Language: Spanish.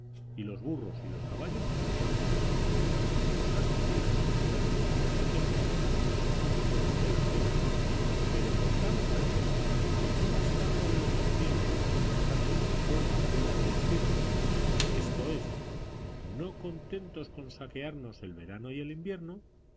y los burros y los caballos por dientes los sastres y las modistas se rigen por modas y porel grueso de las telas pero con tal saña que no bastándoles dos tiempos para dejarnos en cueros a fuerza de vestirnos esto es no contentos con saquearnos el verano y el invierno